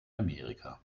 amerika